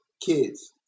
kids